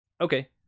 Okay